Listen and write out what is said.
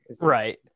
right